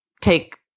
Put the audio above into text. take